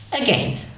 Again